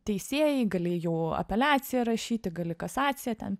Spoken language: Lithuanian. teisėjai gali jau apeliaciją rašyti gali kasaciją ten